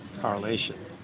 correlation